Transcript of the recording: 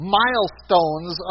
milestones